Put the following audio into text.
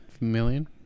million